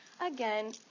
Again